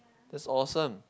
is awesome